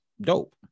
dope